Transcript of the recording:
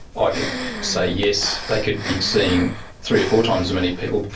ah i could say yes, they could be seeing three or four times as many people.